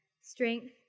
Strength